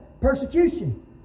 persecution